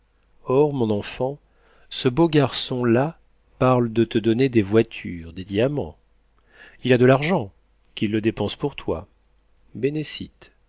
or mon enfant ce beau garçon-là parle de te donner des voitures des diamants il a de l'argent qu'il le dépense pour toi bene